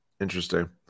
interesting